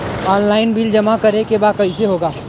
Online bill जमा करे के बा कईसे होगा?